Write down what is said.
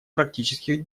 практических